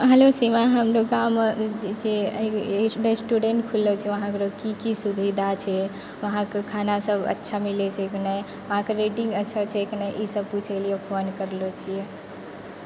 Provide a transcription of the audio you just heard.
hello श्रीमान हमरो जे गाँव छै वहाँ एक रेस्टुरेन्ट खुललो छै वहाँ की की सुविधा छै वहाँके खाना सब अच्छा मिलै छै कि नहि वहाँके रेटिंग अच्छा छै कि नहि ई सब पुछै लिए फोन करलो छी